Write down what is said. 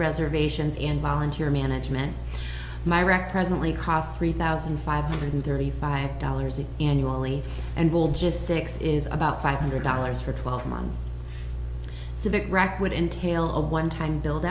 reservations and volunteer management my wreck presently cost three thousand five hundred thirty five dollars each annually and will just sticks is about five hundred dollars for twelve months civic wrecked would entail a one time build